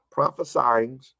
Prophesying